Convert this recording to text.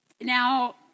Now